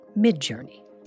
Midjourney